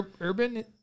urban